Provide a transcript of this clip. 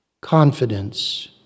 confidence